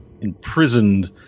imprisoned